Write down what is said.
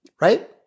right